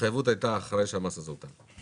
ההתחייבות הייתה אחרי שהמס הזה הוטל.